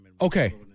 Okay